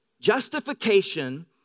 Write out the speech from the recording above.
Justification